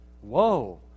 Whoa